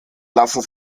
lassen